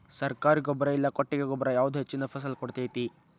ಸರ್ಕಾರಿ ಗೊಬ್ಬರ ಇಲ್ಲಾ ಕೊಟ್ಟಿಗೆ ಗೊಬ್ಬರ ಯಾವುದು ಹೆಚ್ಚಿನ ಫಸಲ್ ಕೊಡತೈತಿ?